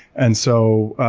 and so,